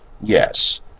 Yes